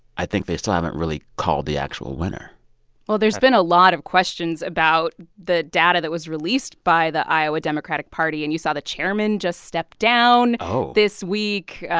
i think they still haven't really called the actual winner well, there's been a lot of questions about the data that was released by the iowa democratic party. and you saw the chairman just stepped down. oh. this week.